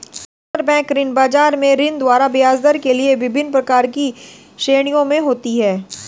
अंतरबैंक ऋण बाजार में ऋण तथा ब्याजदर के लिए विभिन्न प्रकार की श्रेणियां होती है